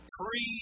pre